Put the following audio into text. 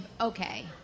Okay